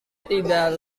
tidak